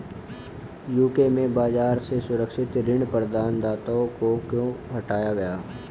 UK में बाजार से सुरक्षित ऋण प्रदाताओं को क्यों हटाया गया?